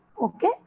Okay